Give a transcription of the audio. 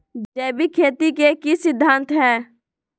जैविक खेती के की सिद्धांत हैय?